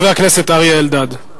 חבר הכנסת אריה אלדד.